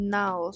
now